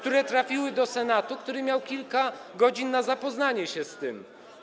Trafiły one do Senatu, który miał kilka godzin na zapoznanie się z tym.